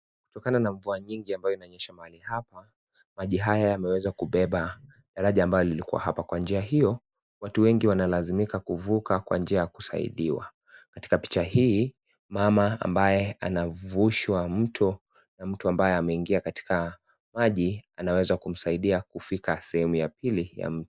Kutokana na mvua mingi inayonyesha mahali hapa maji haya yameweza kubeba daraja hili ambalo lilikuwa hapo kwanjia hiyo watu wengi wanalazimika kuvuka kwa njia ya kusaidiwa katika picha hii mama anayevushwa mto na mtu ambaye ameingia katika maji na kuweza kumsaidia kufika sehemu ya pili ya mto.